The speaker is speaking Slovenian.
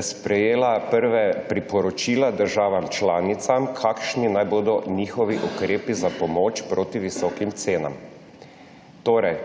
sprejela prva priporočila državam članicam, kakšni naj bodo njihovi ukrepi za pomoč proti visokim cenam. Torej